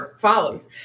Follows